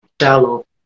shallow